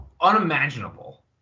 unimaginable